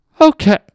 Okay